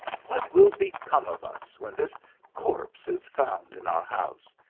what will become of us when this corpse is found in our house?